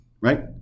right